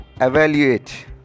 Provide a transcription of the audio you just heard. evaluate